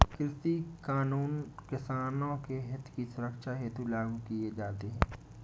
कृषि कानून किसानों के हितों की सुरक्षा हेतु लागू किए जाते हैं